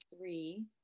Three